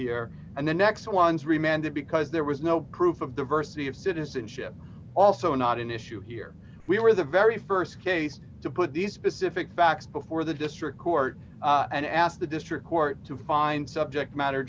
here and the next ones remanded because there was no proof of diversity of citizenship also not an issue here we were the very st case to put these specific facts before the district court and ask the district court to find subject matter